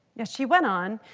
yet she went on.